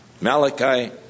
Malachi